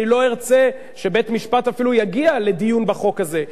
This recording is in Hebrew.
ארצה שבית-משפט אפילו יגיע לדיון בחוק הזה,